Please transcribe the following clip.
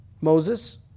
Moses